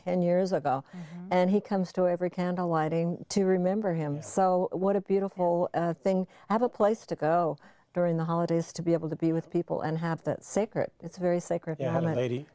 ten years ago and he comes to every candle lighting to remember him so what a beautiful thing to have a place to go during the holidays to be able to be with people and have that secret it's a very sacred